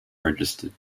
registered